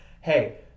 Hey